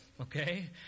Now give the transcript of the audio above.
okay